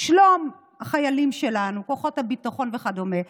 שלום החיילים שלנו, כוחות הביטחון וכדומה,